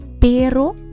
Pero